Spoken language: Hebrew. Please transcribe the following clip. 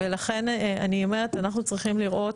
ולכן אני אומרת, אנחנו צריכים לראות,